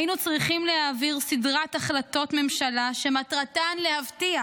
היינו צריכים להעביר סדרת החלטות ממשלה שמטרתן להבטיח